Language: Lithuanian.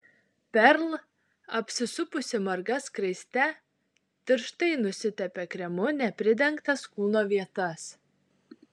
perl apsisupusi marga skraiste tirštai nusitepė kremu nepridengtas kūno vietas